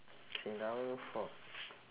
okay now four